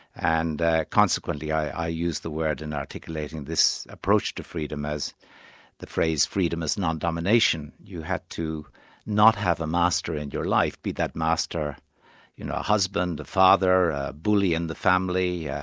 and consequently i used the word in articulating this approach to freedom, as the phrase, freedom as non-domination. you had to not have a master in your life, be that master you know a husband, a father, a bully in the family, yeah